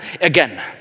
again